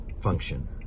function